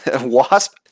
wasp